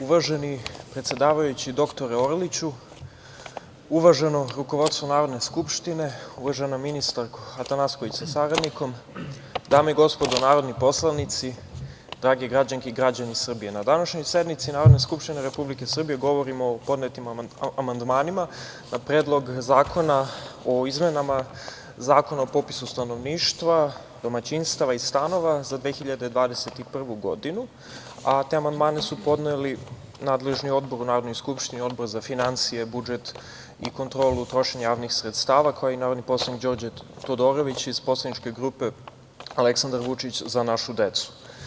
Uvaženi predsedavajući, dr Orliću, uvaženo rukovodstvo Narodne skupštine, uvažena ministarko Atanasković sa saradnikom, dame i gospodo narodni poslanici, drage građanke i građani Srbije, na današnjoj sednici Narodne skupštine Republike Srbije, govorimo o podnetim amandmanima, na Predlog zakona o izmenama Zakona o popisu stanovništva, domaćinstava i stanova, za 2021. godinu, a te amandmane su podneli nadležni odbor u Narodnoj skupštini, Odbor za finansije, budžet i kontrolu trošenja javnih sredstava, kao i narodni poslanik Đorđe Todorović, iz poslaničke grupe Aleksandar Vučić – Za našu decu.